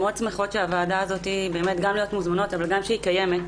אנחנו מאוד שמחות גם להיות מוזמנות וגם על כך שהוועדה הזו קיימת,